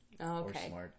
Okay